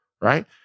right